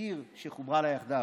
כעיר שֶׁחֻבְּרָה לה יחדו".